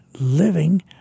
living